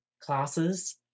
classes